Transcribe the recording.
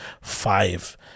five